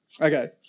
Okay